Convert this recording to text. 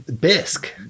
bisque